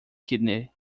kidney